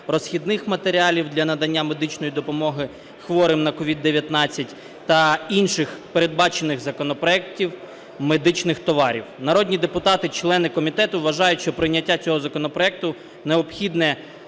розхідних матеріалів для надання медичної допомоги хворим на COVID-19 та інших передбачених в законопроекті медичних товарів. Народні депутати, члени комітету, вважають, що прийняття цього законопроекту необхідне